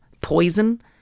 Poison